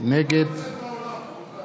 נגד